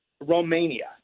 Romania